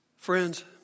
Friends